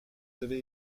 avez